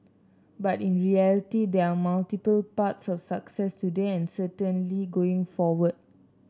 but in reality there are multiple paths of success today and certainly going forward